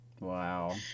Wow